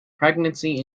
pregnancy